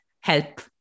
help